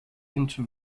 into